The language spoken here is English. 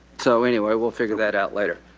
so anyway, we'll figure that out later.